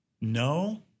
No